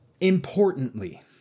importantly